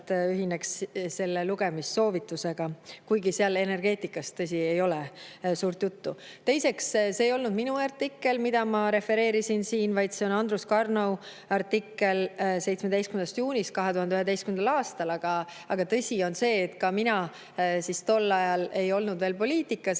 ühineks lugemissoovitusega, kuigi seal energeetikast, tõsi, ei ole suurt juttu. Teiseks, see ei olnud minu artikkel, mida ma refereerisin siin, vaid see on Andrus Karnau artikkel 17. juunist 2011. aastal. Aga tõsi on see, et ka mina tol ajal ei olnud veel poliitikas,